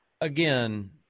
again